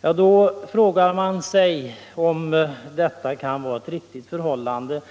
Då frågar man sig om dessa uppsägningar kan vara riktiga.